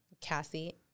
Cassie